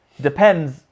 depends